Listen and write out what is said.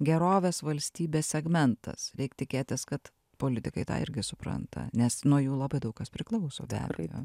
gerovės valstybės segmentas reik tikėtis kad politikai tą irgi supranta nes nuo jų labai daug kas priklauso be abejo